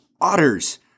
otters